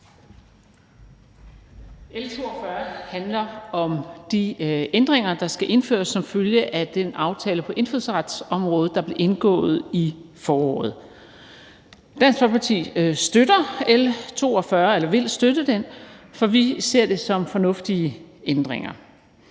L 42 handler om de ændringer, der skal indføres som følge af den aftale på indfødsretsområdet, der blev indgået i foråret. Dansk Folkeparti vil støtte L 42, for vi ser det som fornuftige ændringer.